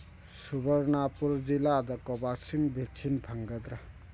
ꯁꯨꯕꯔꯅꯥꯄꯨꯔ ꯖꯤꯂꯥꯗ Covaxin vaccine ꯐꯪꯒꯗ꯭ꯔ